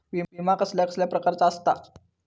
विमा कसल्या कसल्या प्रकारचो असता?